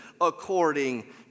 according